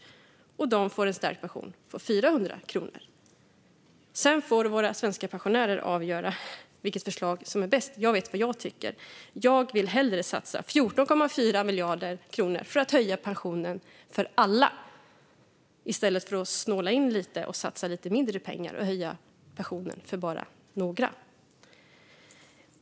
Med vårt förslag får de en stärkt pension med 400 kronor. Våra svenska pensionärer får avgöra vilket förslag som är bäst. Jag vet vad jag tycker. Jag vill hellre satsa 14,4 miljarder kronor på att höja pensionen för alla i stället för att snåla in lite och satsa lite mindre pengar och höja pensionen bara för några.